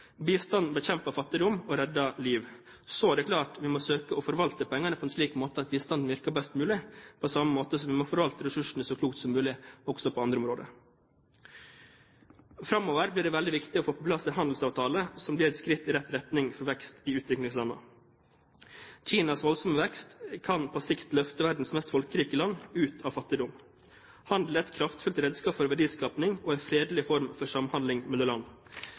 Bistand bekjemper fattigdom og redder liv! Så er det klart at vi må søke å forvalte pengene på en slik måte at bistanden virker best mulig, på samme måte som vi må forvalte ressursene så klokt som mulig også på andre områder. Framover blir det veldig viktig å få på plass en handelsavtale som blir et skritt i riktig retning for vekst i utviklingslandene. Kinas voldsomme vekst kan på sikt løfte verdens mest folkerike land ut av fattigdom. Handel er et kraftfullt redskap for verdiskaping, og en fredelig form for samhandling mellom land.